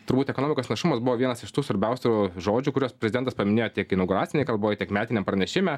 turbūt ekonomikos našumas buvo vienas iš tų svarbiausių žodžių kuriuos prezidentas paminėjo tiek inauguracinėj kalboj tiek metiniam pranešime